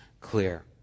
clear